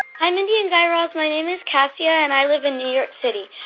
hi, mindy and guy raz. my name is cassia, and i live in new york city.